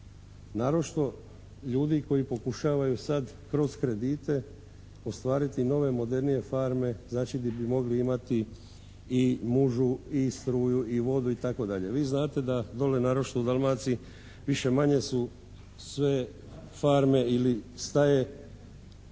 naročito ljudi koji pokušavaju sada kroz kredite ostvariti nove modernije farme znači gdje bi mogli imati i mužu i struju i vodu itd. Vi znate da dole naročito u Dalmaciji više-manje su sve farme ili staje